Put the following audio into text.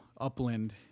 Upland